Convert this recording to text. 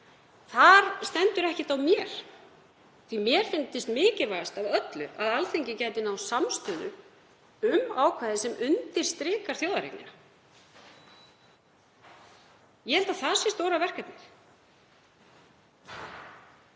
Þar stendur ekkert á mér, því að mér fyndist mikilvægast af öllu að Alþingi gæti náð samstöðu um ákvæðið sem undirstrikar þjóðareignina. Ég held að það sé stóra verkefnið.